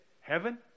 heaven